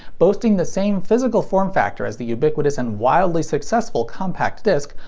boasting the same physical form factor as the ubiquitous and wildly successful compact disc,